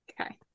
Okay